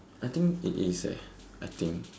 I think it is eh I think